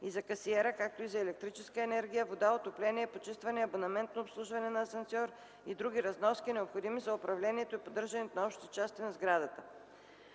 и за касиера, както и за електрическа енергия, вода, отопление, почистване, абонаментно обслужване на асансьор и други разноски, необходими за управлението и поддържането на общите части на сградата.”